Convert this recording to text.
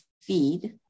feed